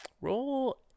roll